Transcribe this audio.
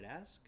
ask